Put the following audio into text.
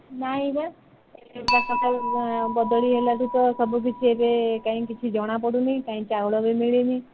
ନାଇଁ ବା ସରକାର ବଦଳି ହେଲାଠୁ ତ ସବୁ କିଛି ଏବେ କାଇଁ କିଛି ଜଣା ପଡ଼ୁନି କାଇଁ ଚାଉଳ ବି ମିଳୁନି